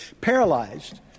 paralyzed